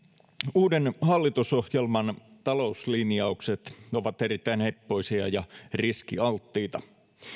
uuden hallitusohjelman talouslinjaukset ovat erittäin heppoisia ja riskialttiita